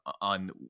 on